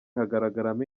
hagaragaramo